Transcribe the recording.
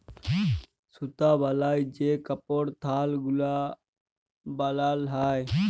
সুতা বালায় যে কাপড়ের থাল গুলা বালাল হ্যয়